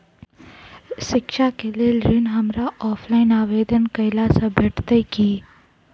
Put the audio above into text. शिक्षा केँ लेल ऋण, हमरा ऑफलाइन आवेदन कैला सँ भेटतय की?